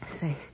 Say